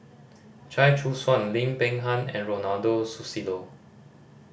Chia Choo Suan Lim Peng Han and Ronald Susilo